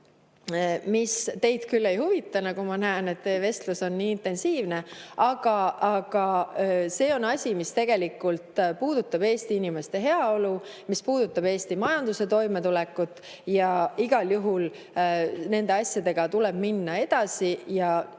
mis teid ei huvita, nagu ma näen – teie vestlus on nii intensiivne –, aga see on asi, mis tegelikult puudutab Eesti inimeste heaolu, mis puudutab Eesti majanduse toimetulekut. Igal juhul nende asjadega tuleb edasi